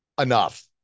enough